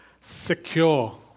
secure